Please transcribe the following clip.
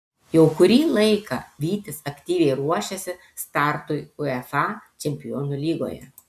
jau kurį laiką vytis aktyviai ruošiasi startui uefa čempionų lygoje